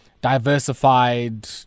diversified